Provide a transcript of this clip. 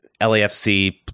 lafc